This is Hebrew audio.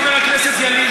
חבר הכנסת ילין,